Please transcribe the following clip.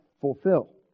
Fulfill